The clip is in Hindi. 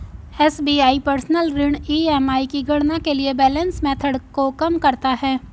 एस.बी.आई पर्सनल ऋण ई.एम.आई की गणना के लिए बैलेंस मेथड को कम करता है